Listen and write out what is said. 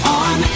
on